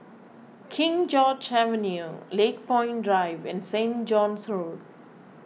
King George's Avenue Lakepoint Drive and Saint John's Road